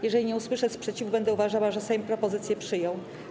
Jeżeli nie usłyszę sprzeciwu, będę uważała, że Sejm propozycję przyjął.